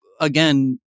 Again